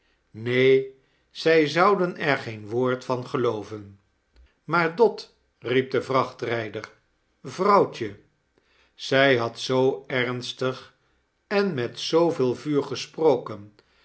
neen zij zouden er geen woord van gelooven maar dot riep de vrachtrijder vrouwtje zij had zoo ernstig en met zooveel vuur gesproken